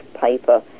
paper